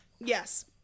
yes